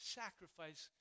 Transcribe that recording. sacrifice